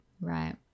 Right